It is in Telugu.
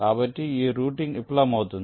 కాబట్టి ఈ రౌటింగ్ విఫలమవుతుంది